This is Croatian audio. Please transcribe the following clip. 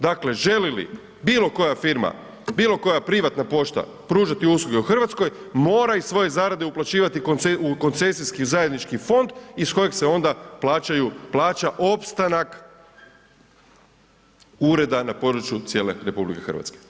Dakle, želi li bilo koja firma, bilo koja privatna pošta pružati usluge u Hrvatskoj mora iz svoje zarade uplaćivati u koncesijski zajednički fond iz kojeg se onda plaćaju, plaća opstanak ureda na području cijele RH.